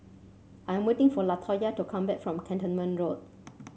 I am waiting for Latoya to come back from Cantonment Road